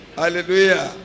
hallelujah